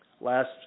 Last